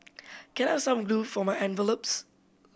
can I have some glue for my envelopes